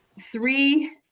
three